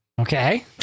okay